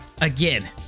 again